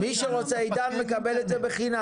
מי שרוצה עידן, מקבל את זה בחינם.